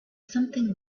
something